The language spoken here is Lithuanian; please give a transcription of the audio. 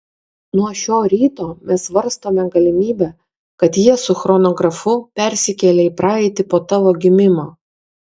nuo šio ryto mes svarstome galimybę kad jie su chronografu persikėlė į praeitį po tavo gimimo